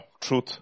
truth